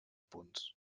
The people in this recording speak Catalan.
punts